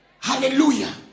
Hallelujah